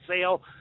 sale